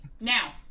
now